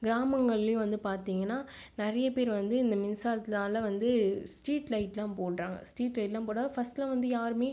கிராமங்கள்லையும் வந்து பார்த்தீங்கனா நிறைய பேர் வந்து இந்த மின்சாரத்துனால வந்து ஸ்ட்ரீட் லைட்லாம் போடுறாங்க ஸ்ட்ரீட் லைட்லாம் போட்டால் ஃபர்ஸ்ட்டுலாம் வந்து யாருமே